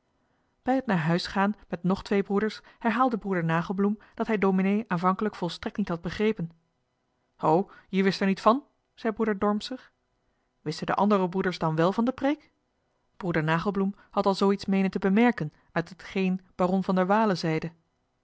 bij het naar huis gaan met nog twee broeders herhaalde broeder nagelbloem dat hij dominee aanvankelijk volstrekt niet had begrepen o je wist er niet van zei broeder dormser wisten de andere broeders dan wel van de preek broeder nagelbloem had al zoo iets meenen te bemerken uit hetgeen baron van der waele zeide